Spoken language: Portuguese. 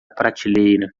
prateleira